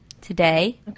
today